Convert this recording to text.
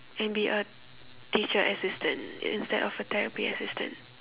and be a teacher assistant instead of a therapy assistant